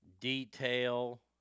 Detail